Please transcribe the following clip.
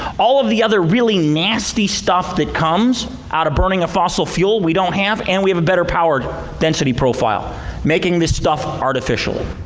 all of the really nasty stuff that comes out of burning a fossil fuel we don't have, and we have a better power density profile making this stuff artificial.